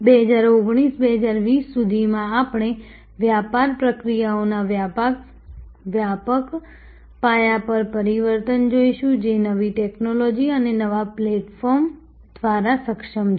2019 2020 સુધીમાં આપણે વ્યાપાર પ્રક્રિયાઓના વ્યાપક પાયા પર પરિવર્તન જોઈશું જે નવી ટેકનોલોજી અને નવા પ્લેટફોર્મ દ્વારા સક્ષમ છે